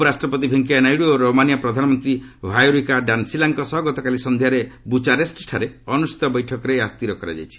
ଉପରାଷ୍ଟ୍ରପତି ଭେଙ୍କିୟା ନାଇଡୁ ଓ ରୋମାନିଆ ପ୍ରଧାନମନ୍ତ୍ରୀ ଭାୟୋରିକା ଡାନ୍ସିଲାଙ୍କ ସହ ଗତକାଲି ସନ୍ଧ୍ୟାରେ ବୂଚାରେଷ୍ଠଠାରେ ଅନୁଷ୍ଠିତ ବୈଠକରେ ଏହା ସ୍ଥିର କରାଯାଇଛି